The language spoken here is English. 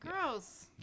Gross